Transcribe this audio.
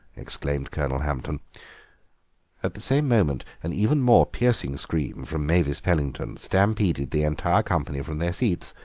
exclaimed colonel hampton at the same moment an even more piercing scream from mavis pellington stampeded the entire company from their seats.